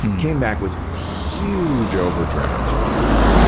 came back with huge overdraft fees,